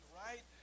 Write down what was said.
right